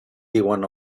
diuen